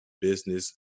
business